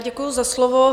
Děkuji za slovo.